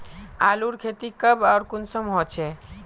आलूर खेती कब आर कुंसम होचे?